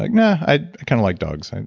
like no, i kind of like dogs.